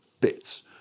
bits